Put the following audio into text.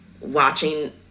watching